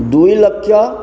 ଦୁଇ ଲକ୍ଷ